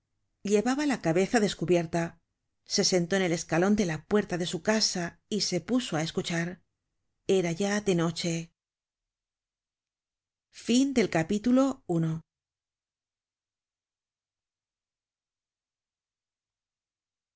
llevaba la cabeza descubierta se sentó en el escalon de la puerta de su casa y se puso á escuchar era ya de noche content from